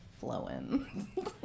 Flowing